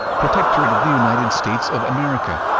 protectorate of the united states of america